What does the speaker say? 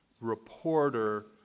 reporter